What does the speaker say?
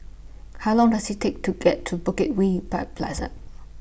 How Long Does IT Take to get to Bukit Way By Plaza